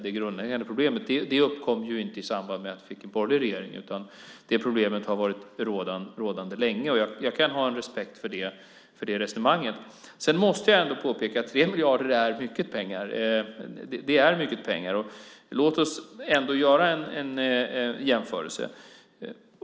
Detta problem uppkom inte i samband med att vi fick en borgerlig regering, utan det har varit rådande länge. Jag kan ha respekt för det resonemanget. Jag måste ändå påpeka att 3 miljarder är mycket pengar. Låt oss göra en jämförelse.